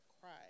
cry